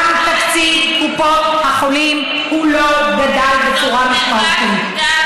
גם תקציב קופות החולים לא גדל בצורה משמעותית.